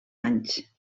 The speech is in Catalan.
anys